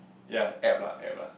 ya App lah App lah